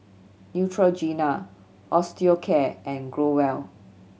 Neutrogena Osteocare and Growell